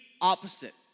opposite